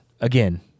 Again